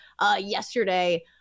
yesterday